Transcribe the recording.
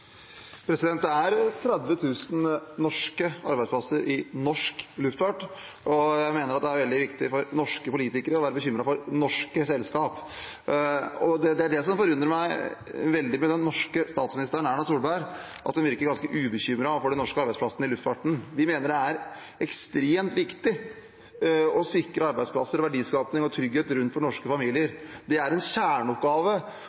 Det er 30 000 norske arbeidsplasser i norsk luftfart, og jeg mener at det er veldig viktig for norske politikere å være bekymret for norske selskap. Det er det som forundrer meg veldig med den norske statsministeren, Erna Solberg, at hun virker ganske ubekymret overfor de norske arbeidsplassene i luftfarten. Vi mener det er ekstremt viktig å sikre arbeidsplasser, verdiskaping og trygghet for norske